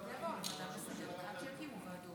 אז בואו נקים את ועדת החינוך.